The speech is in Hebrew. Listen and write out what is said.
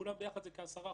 כולם ביחד זה כ-10%.